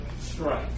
strike